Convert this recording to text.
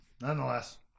nonetheless